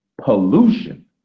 Pollution